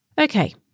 Okay